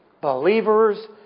believers